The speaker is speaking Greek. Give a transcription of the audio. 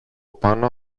πάνω